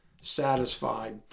satisfied